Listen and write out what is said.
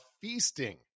feasting